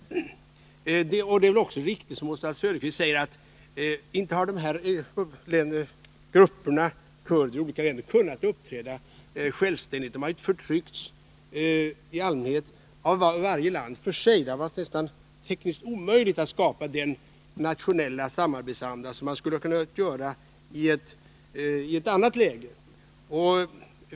Det är också riktigt, som Oswald Söderqvist påpekar, att kurderna i de olika länderna inte har kunnat uppträda självständigt. De har i allmänhet förtryckts av varje land för sig. Det har varit tekniskt nästan omöjligt att skapa den nationella samarbetsanda som man skulle kunna skapa i ett annat läge.